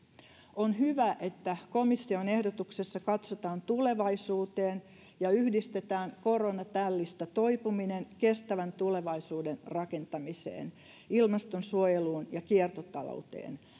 on hyvä että komission ehdotuksessa katsotaan tulevaisuuteen ja yhdistetään koronatällistä toipuminen kestävän tulevaisuuden rakentamiseen ilmastonsuojeluun ja kiertotalouteen